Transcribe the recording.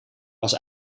was